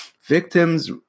Victims